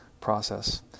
process